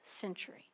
century